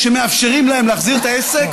שמאפשרים להם להחזיר את העסק,